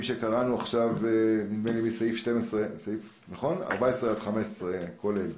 שקראנו עכשיו מסעיף 14 עד 15 כולל